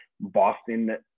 Boston